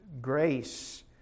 grace